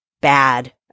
bad